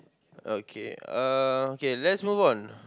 okay uh K let's move on